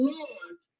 Lord